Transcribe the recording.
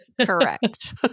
Correct